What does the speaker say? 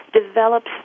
develops